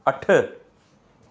अठ